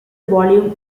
volume